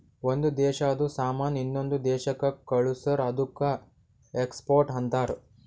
ಒಂದ್ ದೇಶಾದು ಸಾಮಾನ್ ಇನ್ನೊಂದು ದೇಶಾಕ್ಕ ಕಳ್ಸುರ್ ಅದ್ದುಕ ಎಕ್ಸ್ಪೋರ್ಟ್ ಅಂತಾರ್